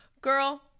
Girl